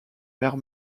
mère